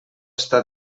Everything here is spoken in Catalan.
està